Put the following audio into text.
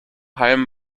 halm